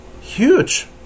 Huge